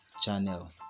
channel